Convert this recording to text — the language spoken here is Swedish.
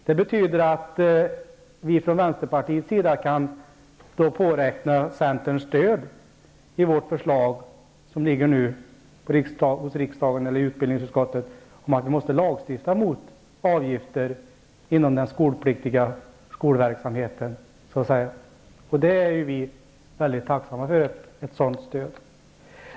Det betyder att vi från vänsterpartiet kan påräkna centerns stöd för vårt förslag i utbildningsutskottet om att man skall lagstifta mot avgifter inom den obligatoriska skolverksamheten. Vi är tacksamma för ett sådant stöd.